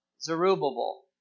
Zerubbabel